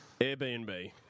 Airbnb